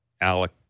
Alec